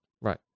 Right